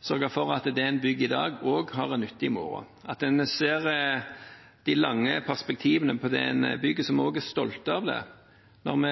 sørge for at det man bygger i dag, også har en nytte i morgen. Det er viktig at man ser de lange perspektivene på det man bygger, så vi også er stolte av det når vi